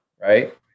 Right